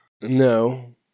No